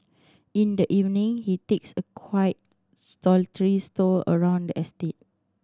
in the evening he takes a quiet solitary stroll around the estate